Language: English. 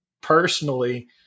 personally